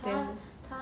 then